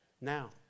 Now